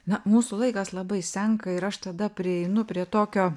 na mūsų laikas labai senka ir aš tada prieinu prie tokio